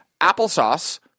Applesauce